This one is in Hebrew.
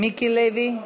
מיקי לוי,